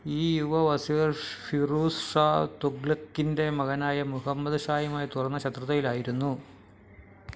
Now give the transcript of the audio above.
ഈ യുവ വസീർ ഫിറൂസ് ഷാ തുഗ്ലക്കിന്റെ മകനായ മുഹമ്മദ് ഷായുമായി തുറന്ന ശത്രുതയിലായിരുന്നു